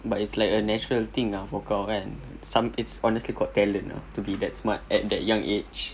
but it's like a natural thing ah for kau kan and some it's honestly called talent ah to be that smart at that young age